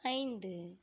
ஐந்து